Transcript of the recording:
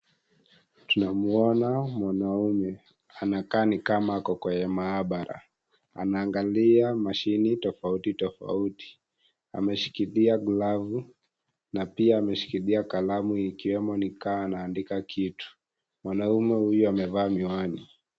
Tunamuona mwanaume anakaa ni kama ako kwenye maabara. Anaangalia mashine tofauti tofauti. Ameshikilia glavu na pia ameshikilia kalamu ikiwemo ni kaa anaandika kitu. Mwanaume huyo amevaa miwani.